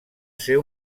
ser